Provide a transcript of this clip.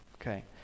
Okay